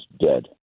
dead